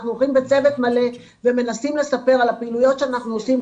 אנחנו עובדים בצוות מלא ומנסים לספר על הפעילויות שאנחנו עושים,